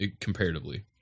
comparatively